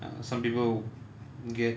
uh some people get